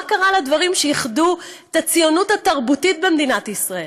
מה קרה לדברים שאיחדו את הציונות התרבותית במדינת ישראל.